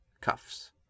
Cuffs